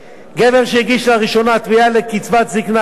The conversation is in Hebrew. גבר שהגיש לראשונה תביעה לקצבת זיקנה בהגיעו